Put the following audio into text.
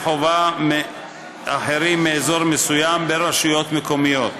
חובה אחרים מאזור מסוים בין רשויות מקומיות.